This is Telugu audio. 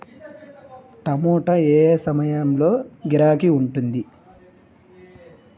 టమాటా ఏ ఏ సమయంలో గిరాకీ ఉంటుంది?